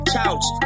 couch